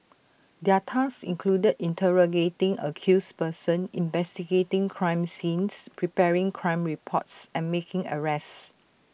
their tasks included interrogating accused persons investigating crime scenes preparing crime reports and making arrests